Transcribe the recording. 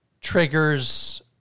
triggers